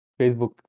Facebook